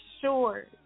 sure